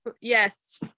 Yes